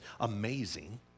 amazing